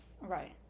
Right